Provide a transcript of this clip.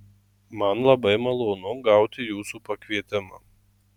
man labai malonu gauti jūsų pakvietimą